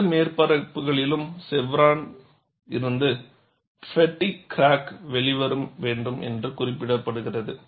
இரண்டு மேற்பரப்புகளிலும் செவ்ரானில் இருந்து பெட்டிக் கிராக் வெளிவர வேண்டும் என்று குறியீடு கூறுகிறது